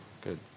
Good